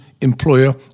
employer